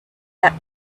that